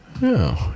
No